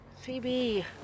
Phoebe